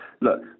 Look